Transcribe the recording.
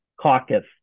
caucus